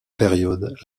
période